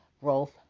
growth